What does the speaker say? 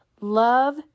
love